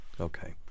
Okay